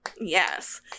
Yes